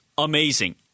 Amazing